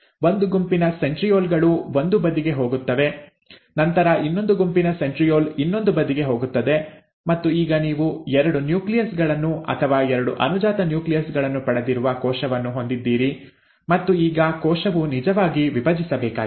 ಒಂದು ಗುಂಪಿನ ಸೆಂಟ್ರೀಯೋಲ್ ಗಳು ಒಂದು ಬದಿಗೆ ಹೋಗುತ್ತವೆ ನಂತರ ಇನ್ನೊಂದು ಗುಂಪಿನ ಸೆಂಟ್ರೀಯೋಲ್ ಇನ್ನೊಂದು ಬದಿಗೆ ಹೋಗುತ್ತದೆ ಮತ್ತು ಈಗ ನೀವು ಎರಡು ನ್ಯೂಕ್ಲಿಯಸ್ ಗಳನ್ನು ಅಥವಾ ಎರಡು ಅನುಜಾತ ನ್ಯೂಕ್ಲಿಯಸ್ ಗಳನ್ನು ಪಡೆದಿರುವ ಕೋಶವನ್ನು ಹೊಂದಿದ್ದೀರಿ ಮತ್ತು ಈಗ ಕೋಶವು ನಿಜವಾಗಿ ವಿಭಜಿಸಬೇಕಾಗಿದೆ